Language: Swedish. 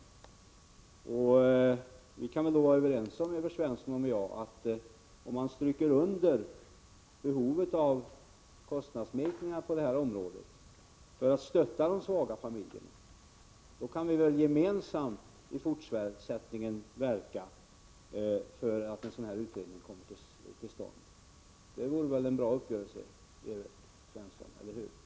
Evert Svensson och jag kan nog vara överens om att vi, om man stryker under behovet av kostnadsminskningar på det här området för de ekonomiskt svaga familjerna, i fortsättningen gemensamt kan verka för att en utredning kommer till stånd. Det vore väl en bra uppgörelse, Evert Svensson, eller hur?